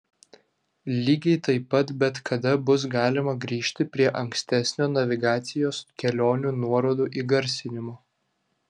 lygiai taip pat bet kada bus galima grįžti prie ankstesnio navigacijos kelionių nuorodų įgarsinimo